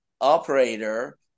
operator